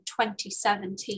2017